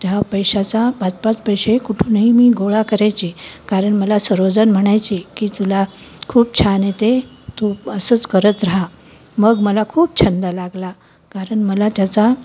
त्या पैशाचा पाच पाच पैसे कुठूनही मी गोळा करायची कारण मला सर्वजण म्हणायचे की तुला खूप छान येते तू असंच करत राहा मग मला खूप छंद लागला कारण मला त्याचा